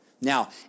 Now